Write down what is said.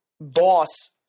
boss